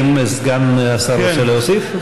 האם סגן השר רוצה להוסיף?